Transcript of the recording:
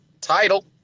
title